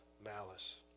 malice